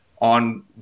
on